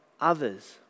others